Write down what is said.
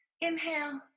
Inhale